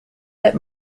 that